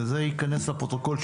וזה ייכנס לפרוטוקול,